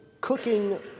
cooking